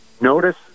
notice